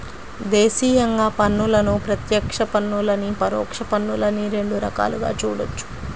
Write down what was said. దేశీయంగా పన్నులను ప్రత్యక్ష పన్నులనీ, పరోక్ష పన్నులనీ రెండు రకాలుగా చూడొచ్చు